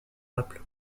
naples